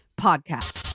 Podcast